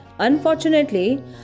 Unfortunately